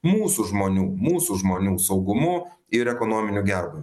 mūsų žmonių mūsų žmonių saugumu ir ekonominiu gerbūviu